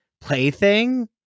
plaything